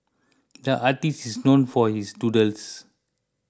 the artist is known for his doodles